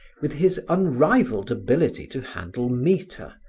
with his unrivalled ability to handle metre,